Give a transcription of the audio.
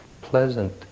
pleasant